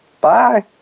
Bye